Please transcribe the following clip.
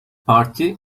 parti